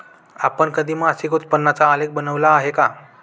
आपण कधी मासिक उत्पन्नाचा आलेख बनविला आहे का?